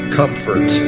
comfort